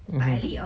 mmhmm